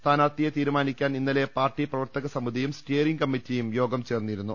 സ്ഥാനാർത്ഥിയെ തീരുമാനിക്കാൻ ഇന്നലെ പാർട്ടി പ്രവർത്തക സമിതിയും സ്റ്റിയറിംഗ് കമ്മി റ്റിയും യോഗം ചേർന്നിരുന്നു